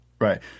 right